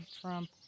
Trump